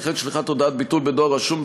וכן שליחת הודעת ביטול בדואר רשום,